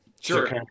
sure